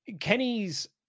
Kenny's